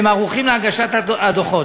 והם ערוכים להגשת הדוחות.